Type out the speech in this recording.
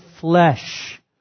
flesh